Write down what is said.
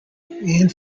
anne